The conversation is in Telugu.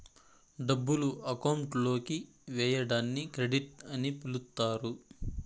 డబ్బులు అకౌంట్ లోకి వేయడాన్ని క్రెడిట్ అని పిలుత్తారు